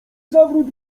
zawrót